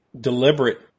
deliberate